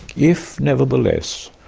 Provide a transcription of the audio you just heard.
if, nevertheless,